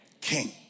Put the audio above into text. King